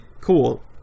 cool